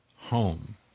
home